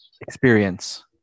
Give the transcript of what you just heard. experience